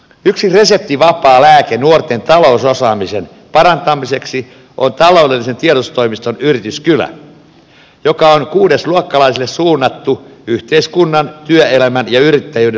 yksi reseptivapaa lääke nuorten talousosaamisen parantamiseksi on taloudellisen tiedotustoimiston yrityskylä joka on kuudesluokkalaisille suunnattu yhteiskunnan työelämän ja yrittäjyyden oppimisympäristö